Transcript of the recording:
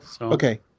okay